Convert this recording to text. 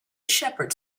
shepherds